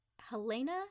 Helena